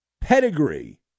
pedigree